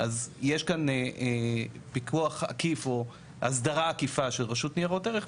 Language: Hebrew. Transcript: אז יש כאן פיקוח עקיף או הסדרה עקיפה של רשות ניירות ערך,